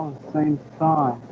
same size